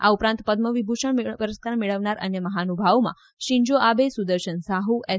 આ ઉપરાંત પદમવિભૂષણ પુરસ્કાર મેળવનાર અન્ય મહાનુભાવોમાં Shinzo Abe Sudarshan Sahu S